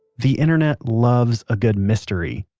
the internet loves a good mystery.